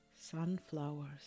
sunflowers